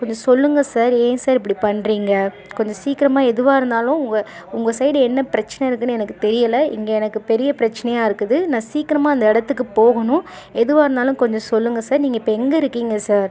கொஞ்சம் சொல்லுங்கள் சார் ஏன் சார் இப்படி பண்ணுறீங்க கொஞ்சம் சீக்கிரமா எதுவாக இருந்தாலும் உங்கள் உங்கள் சைடு என்ன பிரச்சனை இருக்குதுன்னு எனக்கு தெரியலை இங்கே எனக்கு பெரிய பிரச்சினையா இருக்குது நான் சீக்கிரமா அந்த இடத்துக்கு போகணும் எதுவாக இருந்தாலும் கொஞ்சம் சொல்லுங்கள் சார் நீங்கள் இப்போ எங்கே இருக்கீங்க சார்